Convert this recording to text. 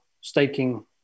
staking